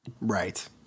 Right